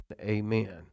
Amen